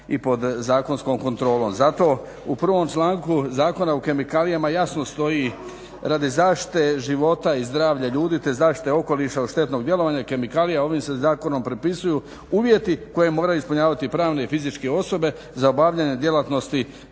i pod zakonskom kontrolom. Zato u prvom članku Zakona o kemikalijama jasno stoji radi zaštite života i zdravlja ljudi te zaštite okoliša od štetnog djelovanja i kemikalija ovim se zakonom propisuju uvjeti koje moraju ispunjavati pravne i fizičke osobe za obavljanje djelatnosti